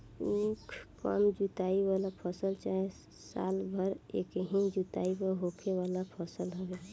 उख कम जुताई वाला फसल चाहे साल भर एकही जुताई पर होखे वाला फसल हवे